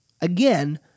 again